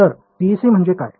तर PEC म्हणजे काय